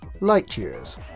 light-years